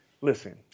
listen